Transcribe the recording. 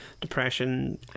depression